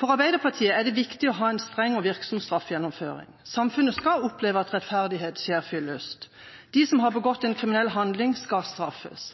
For Arbeiderpartiet er det viktig å ha en streng og virksom straffegjennomføring. Samfunnet skal oppleve at rettferdighet skjer fyllest. De som har begått en kriminell handling, skal straffes.